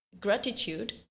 gratitude